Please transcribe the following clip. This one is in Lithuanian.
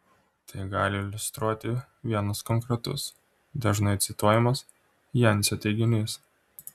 tai gali iliustruoti vienas konkretus dažnai cituojamas jancio teiginys